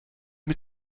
mit